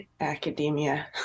academia